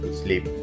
sleep